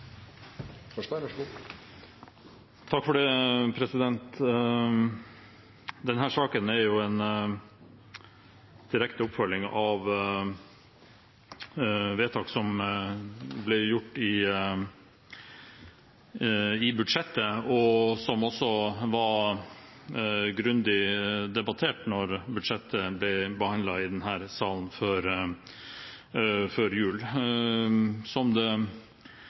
i Stortingstidende, så man kan aldri være sikker på hva finansministeren oppdager. Debatten i sak nr. 11 er avsluttet. Denne saken er en direkte oppfølging av vedtak som ble gjort i budsjettet, og som også var grundig debattert da budsjettet ble behandlet i denne salen før jul. Som det